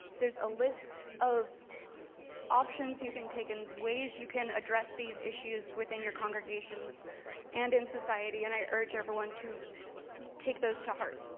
there's a list of options you can take and ways you can address these issues within your congregations and in society, and i urge everyone to take those to heart.